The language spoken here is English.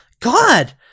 God